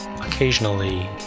occasionally